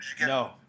No